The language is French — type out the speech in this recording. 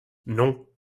non